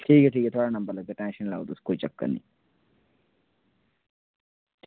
ठीक ऐ ठीक ऐ थुआढ़ा नंबर लग्गेआ तुस टैंशन निं लैओ तुस कोई चक्कर निं